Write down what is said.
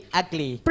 ugly